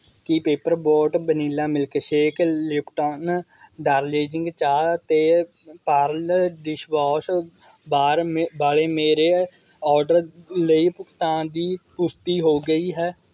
ਕੀ paper boat vanilla milkshake Lipton Darjeeling ਚਾਹ ਅਤੇ Pril dishwash bar ਮੇ ਵਾਲ਼ੇ ਮੇਰੇ ਔਡਰ ਲਈ ਭੁਗਤਾਨ ਦੀ ਪੁਸ਼ਟੀ ਹੋ ਗਈ ਹੈ